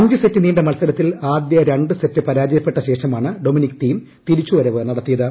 അഞ്ച് സെറ്റ് നീണ്ട മത്സരത്തിൽ ആദ്യ രണ്ട് സെറ്റ് പരാജയപ്പെട്ട ശേഷമാണ് ഡൊമിനിക് തീം തിരിച്ചുവരവ് നടത്തിയത്